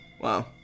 Wow